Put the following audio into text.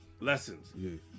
Lessons